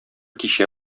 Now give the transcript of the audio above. кичә